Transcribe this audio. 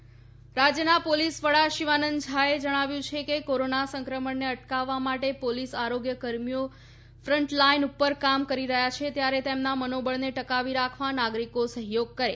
શિવાનંદ ઝા રાજયના પોલીસ વડા શિવાનંદ ઝાએ જણાવ્યું છે કે કોરોના સંક્રમણને અટકાવવા માટે પોલીસ આરોગ્ય કર્મીઓ ફન્ટલાઇન ઉપર કામ કરી રહયાં છે ત્યારે તેમના મનોબળને ટકાવી રાખવા નાગરીકો સહયોગ કરે